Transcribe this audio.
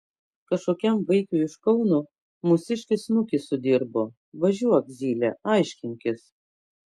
kažkokiam vaikiui iš kauno mūsiškis snukį sudirbo važiuok zyle aiškinkis